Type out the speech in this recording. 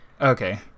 okay